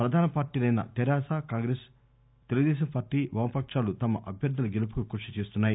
ప్రధాన పార్టీలైన తెరాస కాంగ్రెస్ తెలుగుదేశం పార్టీ వామపకాలు తమ అభ్యర్థుల గెలుపుకు కృషి చేస్తున్నాయి